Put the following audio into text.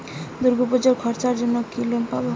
দূর্গাপুজোর খরচার জন্য কি লোন পাব?